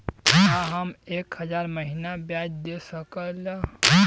का हम एक हज़ार महीना ब्याज दे सकील?